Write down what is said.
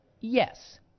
Yes